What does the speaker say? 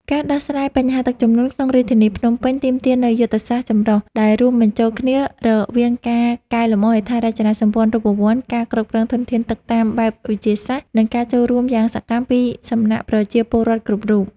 ការដោះស្រាយបញ្ហាទឹកជំនន់ក្នុងរាជធានីភ្នំពេញ ទាមទារនូវយុទ្ធសាស្ត្រចម្រុះ ដែលរួមបញ្ចូលគ្នារវាងការកែលម្អហេដ្ឋារចនាសម្ព័ន្ធរូបវន្ត ការគ្រប់គ្រងធនធានទឹកតាមបែបវិទ្យាសាស្ត្រ និងការចូលរួមយ៉ាងសកម្មពីសំណាក់ប្រជាពលរដ្ឋគ្រប់រូប។